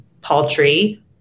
paltry